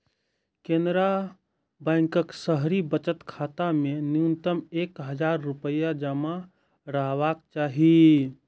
केनरा बैंकक शहरी बचत खाता मे न्यूनतम एक हजार रुपैया जमा रहबाक चाही